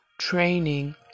training